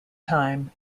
time